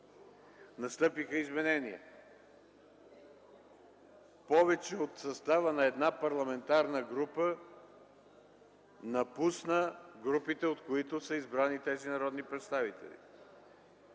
Настъпиха изменения. Повече от състава на една парламентарна група напусна групите, от които са избрани тези народни представители.